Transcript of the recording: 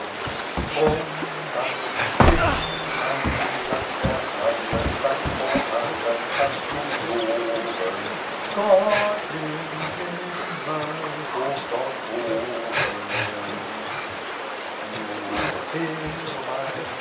drum dein stimmlein laß erschallen dann vor allen kannst du loben gott im himmel hoch dort oben nur her mein